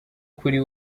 kuri